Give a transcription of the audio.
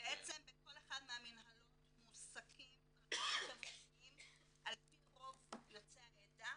בעצם בכל אחת מהמינהלות מועסקים רכזים חברתיים על פי רוב יוצאי העדה,